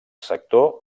sector